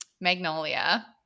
Magnolia